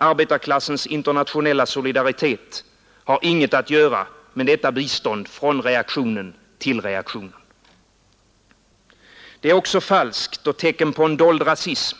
Arbetarklassens internationella solidaritet har inget att göra med detta bistånd från reaktionen till reaktionen. Det är också falskt och tecken på en dold rasism,